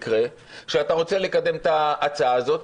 שאתה רוצה לקדם את ההצעה הזאת,